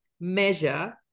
measure